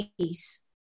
peace